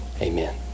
Amen